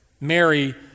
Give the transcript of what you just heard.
Mary